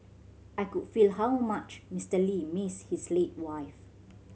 I could feel how much Mister Lee missed his late wife